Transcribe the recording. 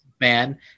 man